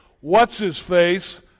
What's-His-Face